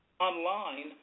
Online